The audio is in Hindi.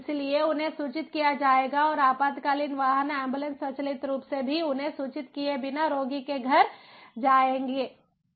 इसलिए उन्हें सूचित किया जाएगा और आपातकालीन वाहन एम्बुलेंस स्वचालित रूप से भी उन्हें सूचित किए बिना रोगी के घर जाएंगेj